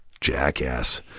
jackass